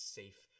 safe